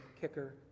kicker